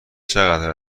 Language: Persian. چقدر